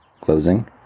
closing